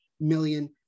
million